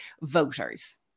voters